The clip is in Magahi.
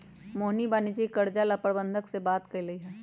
मोहिनी वाणिज्यिक कर्जा ला प्रबंधक से बात कलकई ह